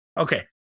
Okay